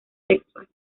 sexual